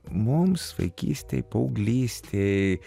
mums vaikystėj paauglystėj